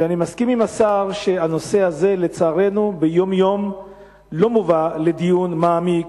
אני מסכים עם השר שהנושא הזה לצערנו ביום-יום לא מובא לדיון מעמיק